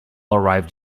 arrived